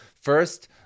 first